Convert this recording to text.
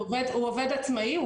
הוא עובד עצמאי?